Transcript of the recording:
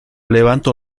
levanto